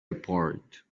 apart